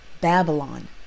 Babylon